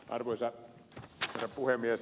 arvoisa herra puhemies